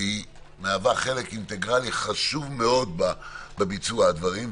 שמהווה חלק אינטגרלי חשוב מאוד בביצוע הדברים,